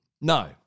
no